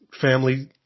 family